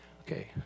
Okay